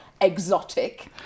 exotic